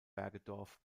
bergedorf